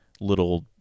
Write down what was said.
little